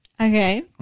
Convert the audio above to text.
Okay